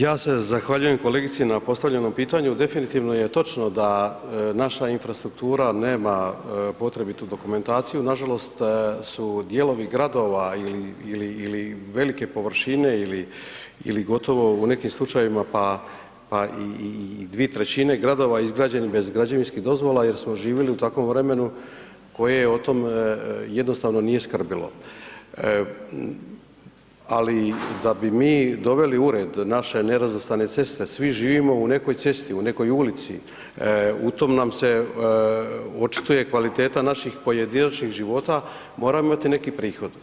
Ja se zahvaljujem kolegici na postavljenom pitanju, definitivno je točno da naša infrastruktura nema potrebitu dokumentaciju, nažalost su dijelovi gradova ili velike površine ili gotovo u nekim slučajevima pa i 2/3 gradova izgrađeni bez građevinskih dozvola jer smo živjeli u takvom vremenu koje o tom jednostavno nije skrbilo, ali da bi mi doveli u red naše nerazvrstane ceste, svi živimo u nekoj cesti u nekoj ulici, u tom nam se očituje kvaliteta naših pojedinačnih života, moramo imati neki prihod.